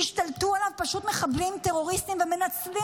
שהשתלטו עליו פשוט מחבלים טרוריסטים ומנצלים